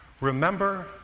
Remember